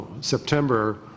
September